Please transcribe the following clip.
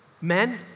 Men